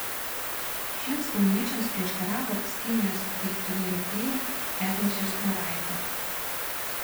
šiems kauniečiams prieštaravo skinijos dirbtuvėlių fėja eglė šerstniovaitė